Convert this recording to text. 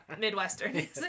midwestern